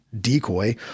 decoy